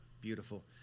beautiful